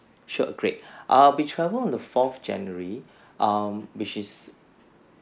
sure great um we'll travel on the fourth january um which is